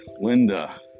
Linda